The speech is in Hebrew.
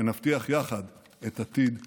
שנבטיח יחד את העתיד ישראל.